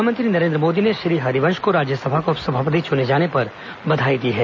प्रधानमंत्री नरेन्द्र मोदी ने श्री हरिवंश को राज्यसभा का उपसभापति चुने जाने पर बधाई दी है